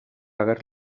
ager